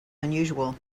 unusual